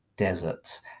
deserts